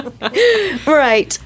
Right